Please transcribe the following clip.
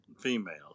females